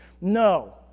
No